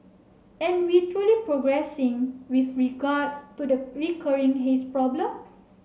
are we truly progressing with regards to the recurring haze problem